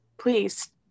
Please